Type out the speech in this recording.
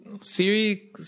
Siri